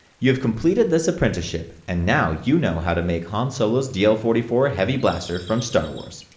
you have completed this apprenticeship and now you know how to make han solo's dl forty four heavy blaster from star wars.